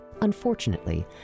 Unfortunately